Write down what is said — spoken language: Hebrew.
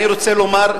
אני רוצה לומר,